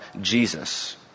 Jesus